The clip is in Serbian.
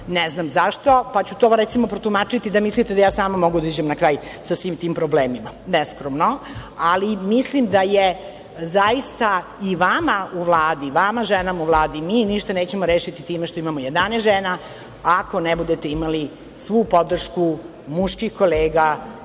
ne znam zašto, pa ću to, recimo, protumačiti da mislite da ja sama mogu da izađem na kraj sa svim tim problemima. Neskromno, ali mislim da je zaista i vama u Vladi, vama ženama u Vladi, mi ništa nećemo rešiti time što imamo 11 žena, ako ne budete imali svu podršku muških kolega